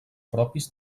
propis